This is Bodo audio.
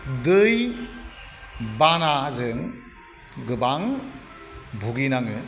दै बानाजों गोबां भुगिनाङो